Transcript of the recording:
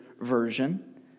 Version